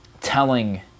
telling